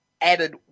added